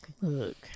Look